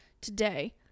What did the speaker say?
today